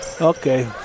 Okay